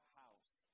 house